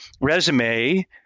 resume